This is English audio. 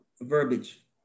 verbiage